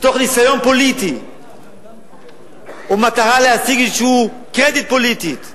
מתוך ניסיון פוליטי ומטרה להשיג איזה קרדיט פוליטי,